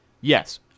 Yes